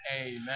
Amen